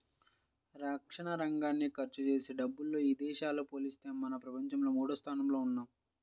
రక్షణరంగానికి ఖర్చుజేసే డబ్బుల్లో ఇదేశాలతో పోలిత్తే మనం ప్రపంచంలో మూడోస్థానంలో ఉన్నాం